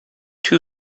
two